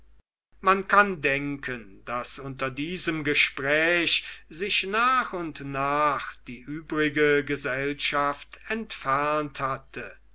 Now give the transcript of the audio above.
man kann denken daß unter diesem gespräch sich nach und nach die übrige gesellschaft entfernt hatte